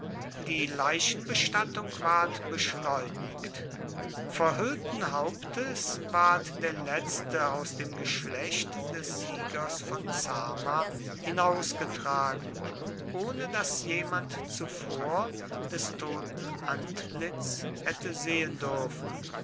die leichenbestattung ward beschleunigt verhüllten hauptes ward der letzte aus dem geschlecht des siegers von zama hinausgetragen ohne daß jemand zuvor des toten antlitz hätte sehen dürfen